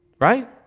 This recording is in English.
Right